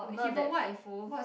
not that playful